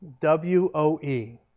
W-O-E